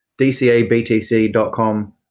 dcabtc.com